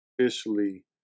officially